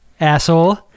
asshole